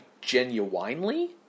genuinely